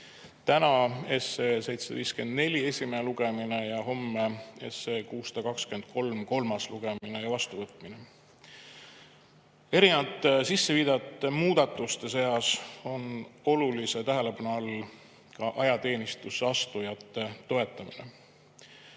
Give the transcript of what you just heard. täna 754 esimene lugemine ja homme 623 kolmas lugemine ja vastuvõtmine. Erinevate sisseviidavate muudatuste seas on olulise tähelepanu all ka ajateenistusse astujate toetamine.